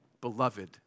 beloved